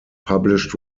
published